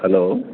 hello